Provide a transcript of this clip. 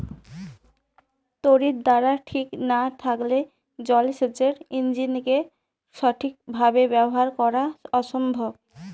তড়িৎদ্বার ঠিক না থাকলে জল সেচের ইণ্জিনকে সঠিক ভাবে ব্যবহার করা অসম্ভব